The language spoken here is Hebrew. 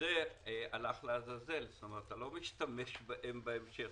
וזה הלך לעזאזל, כלומר אתה לא משתמש בהם בהמשך.